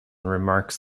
remarks